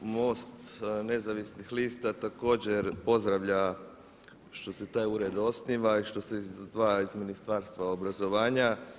MOST Nezavisnih lista također pozdravlja što se taj ured osniva i što se izdvaja iz Ministarstva obrazovanja.